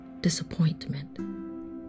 disappointment